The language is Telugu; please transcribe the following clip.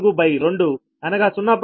4 బై 2 అనగా 0